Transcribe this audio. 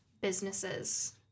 businesses